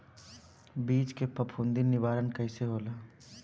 बीज के फफूंदी निवारण कईसे होला?